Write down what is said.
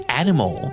animal